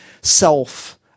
self